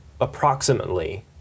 approximately